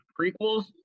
prequels